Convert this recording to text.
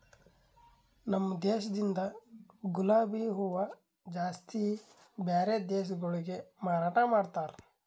ನಮ ದೇಶದಿಂದ್ ಗುಲಾಬಿ ಹೂವ ಜಾಸ್ತಿ ಬ್ಯಾರೆ ದೇಶಗೊಳಿಗೆ ಮಾರಾಟ ಮಾಡ್ತಾರ್